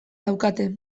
daukate